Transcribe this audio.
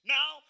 Now